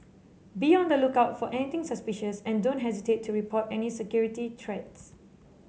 be on the lookout for anything suspicious and don't hesitate to report any security threats